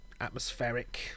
atmospheric